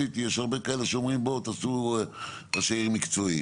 שאז זה מצמצם.